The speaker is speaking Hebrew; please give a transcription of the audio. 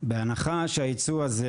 בהנחה שהייצוא הזה